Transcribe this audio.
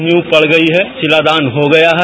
नीव पड़ गई है शिलादान हो गया है